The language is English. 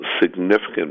significant